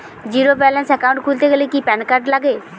Zero balance account খুলতে কি PAN card লাগে?